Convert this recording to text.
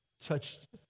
touched